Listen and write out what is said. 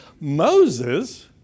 Moses